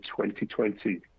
2020